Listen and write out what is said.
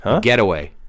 Getaway